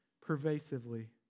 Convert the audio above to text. pervasively